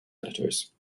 editors